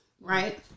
right